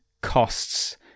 costs